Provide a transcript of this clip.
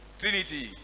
trinity